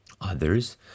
Others